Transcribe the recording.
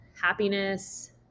happiness